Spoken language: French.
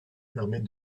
permet